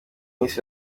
miss